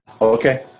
okay